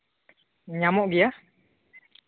ᱧᱟᱢᱚᱜ ᱜᱮᱭᱟ